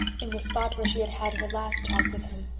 in the spot where she had had her last talk with him.